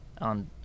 on